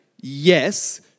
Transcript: yes